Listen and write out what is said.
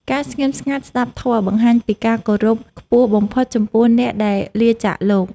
ការស្ងៀមស្ងាត់ស្ដាប់ធម៌ បង្ហាញពីការគោរពខ្ពស់បំផុតចំពោះអ្នកដែលលាចាកលោក។